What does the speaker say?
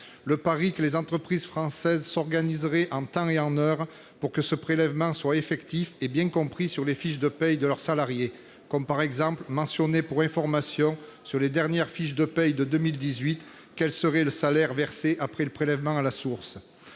Le pari que les entreprises françaises s'organiseraient en temps et en heure pour que ce prélèvement soit effectif et bien compris sur les fiches de paye de leurs salariés, mentionnant, par exemple, à titre d'information sur les dernières fiches de paye 2018 quel serait le salaire versé après le prélèvement à la source.